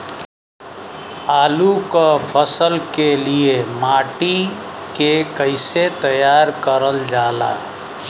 आलू क फसल के लिए माटी के कैसे तैयार करल जाला?